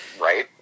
right